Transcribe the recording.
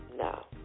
No